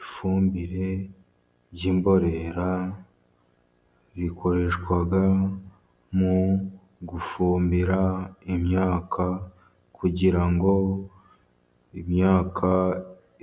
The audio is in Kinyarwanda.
Ifumbire y'imborera ikoreshwa mu gufumbira imyaka, kugira ngo imyaka